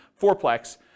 fourplex